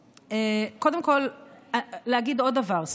קודם כול אגיד עוד דבר,